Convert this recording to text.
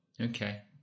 Okay